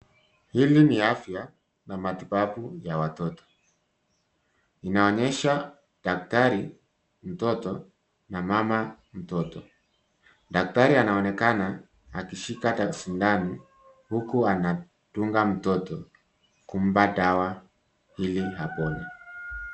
Hili ni afya na matibabu ya watoto. Inaonyesha daktari, mtoto na mama mtoto. Daktari anaonekana akishika sindano huku anadunga mtoto kumpa dawa ili apone.